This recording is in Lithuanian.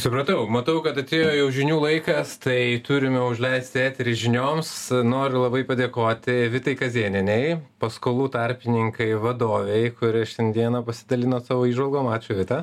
supratau matau kad atėjo jau žinių laikas tai turime užleisti eterį žinioms noriu labai padėkoti vitai kazėnienei paskolų tarpininkai vadovei kuri šiandieną pasidalino savo įžvalgom ačiū vita